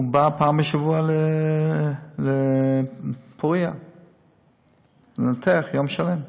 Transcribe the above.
בא פעם בשבוע לפוריה ומנתח יום שלם.